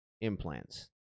implants